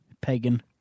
pagan